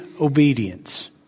obedience